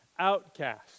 outcast